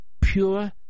pure